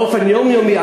באופן יומיומי,